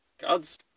God's